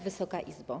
Wysoka Izbo!